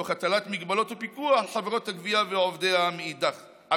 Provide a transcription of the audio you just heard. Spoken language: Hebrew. תוך הטלת הגבלות ופיקוח על חברות הגבייה ועובדיה מאידך גיסא.